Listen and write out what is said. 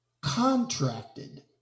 contracted